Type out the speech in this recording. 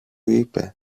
είπε